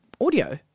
Audio